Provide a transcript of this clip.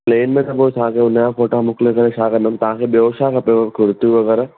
plain में त पोइ तव्हांखे हुन जा फ़ोटा मोकिले करे छा कंदुमि तव्हांखे ॿियो छा खपेव कुर्तियूं वग़ैरह